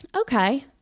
okay